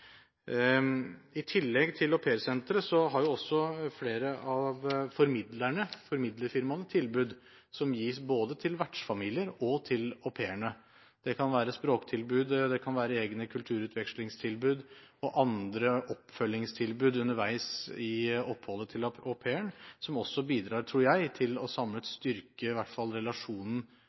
I tillegg til aupairsenteret har også flere av formidlerfirmaene tilbud som gis både til vertsfamilier og til au pairene. Det kan være språktilbud, det kan være egne kulturutvekslingstilbud og andre oppfølgingstilbud underveis i oppholdet til au pairen, som også samlet bidrar til, tror jeg, å styrke relasjonen og å